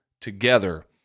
together